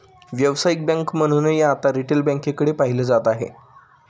व्यावसायिक बँक म्हणूनही आता रिटेल बँकेकडे पाहिलं जात आहे